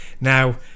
Now